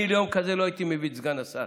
ליום כזה לא הייתי מביא את סגן השר.